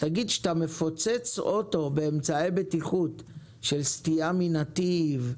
כשאתה "מפוצץ" אוטו באמצעי בטיחות לגבי סטייה מנתיב,